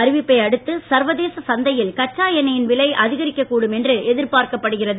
அறிவிப்பை அடுத்து சர்வ தேச சந்தையில் கச்சா எண்ணெயின் விலை அதிகரிக்க கூடும் என்று எதிர்பார்க்கப்படுகிறது